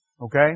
Okay